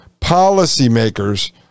policymakers